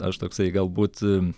aš toksai galbūt aa